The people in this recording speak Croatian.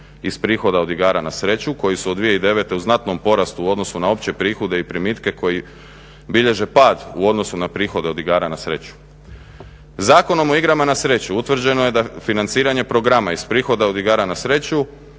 iz prihoda od igara na sreću koji su od 2009. u znatnom porastu u odnosu na opće prihode i primitke koji bilježe pad u odnosu na prihode od igara na sreću. Zakonom o igrama na sreću utvrđeno je da financiranje programa iz prihoda od igara na sreću